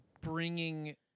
bringing